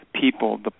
people